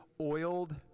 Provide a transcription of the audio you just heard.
oiled